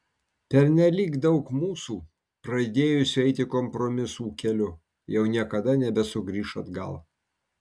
pernelyg daug mūsų pradėjusių eiti kompromisų keliu jau niekada nebesugrįš atgal